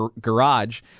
garage